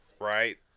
Right